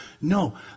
No